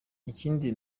ikindi